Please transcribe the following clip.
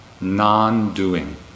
non-doing